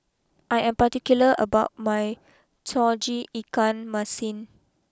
I am particular about my Tauge Ikan Masin